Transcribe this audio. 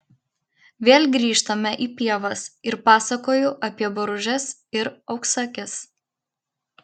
vėl grįžtame į pievas ir pasakoju apie boružes ir auksaakes